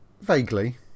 Vaguely